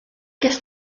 ges